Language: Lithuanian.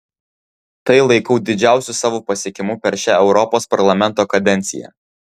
tai laikau didžiausiu savo pasiekimu per šią europos parlamento kadenciją